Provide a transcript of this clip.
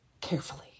carefully